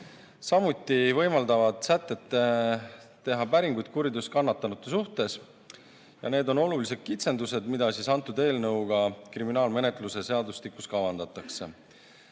Samuti võimaldavad sätted teha päringuid kuriteos kannatanute suhtes. Need on olulised kitsendused, mida antud eelnõuga kriminaalmenetluse seadustikus kavandatakse.